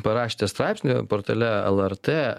parašėte straipsnį portale lrt